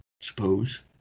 Suppose